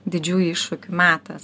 didžiųjų iššūkių metas